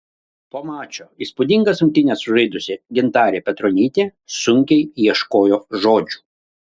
po mačo įspūdingas rungtynes sužaidusi gintarė petronytė sunkiai ieškojo žodžių